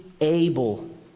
able